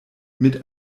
mit